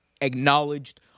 acknowledged